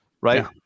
right